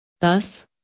Thus